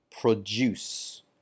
produce